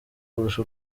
kurusha